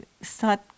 start